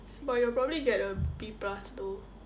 but you'll probably get a B plus though